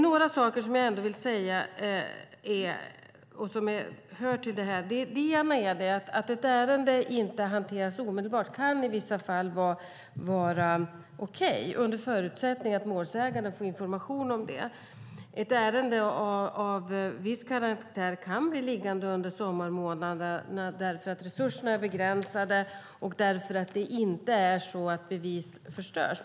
Några saker som jag ändå vill säga, och som hör till det här, är att det i vissa fall kan vara okej att ett ärende inte hanteras omedelbart, under förutsättningen att målsäganden får information om det. Ett ärende av viss karaktär kan bli liggande under sommarmånaderna därför att resurserna är begränsade och därför att det inte är så att bevis förstörs.